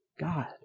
God